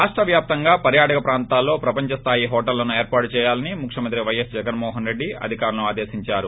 రాష్ట వ్యాప్తంగా పర్యాటక ప్రాంతాల్లో ప్రపంచ స్థాయి హోటళ్లను ఏర్పాటు చేయాలని ముఖ్యమంత్రి పైఎస్ జగన్మోహన్రెడ్డి అధికారులను ఆదేశిందారు